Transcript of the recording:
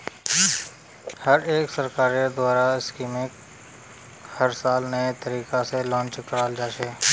हर एक सरकारेर द्वारा स्कीमक हर साल नये तरीका से लान्च कराल जा छे